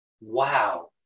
wow